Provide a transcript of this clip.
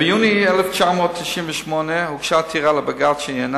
ביוני 1998 הוגשה עתירה לבג"ץ שעניינה